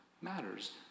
matters